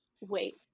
wait